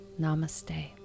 Namaste